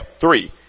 three